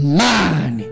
man